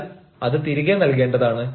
എന്നാൽ അത് തിരികെ നൽകേണ്ടതാണ്